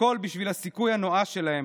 הכול בשביל הסיכוי הנואש שלהם